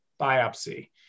biopsy